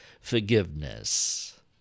forgiveness